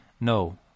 no